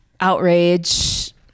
Outrage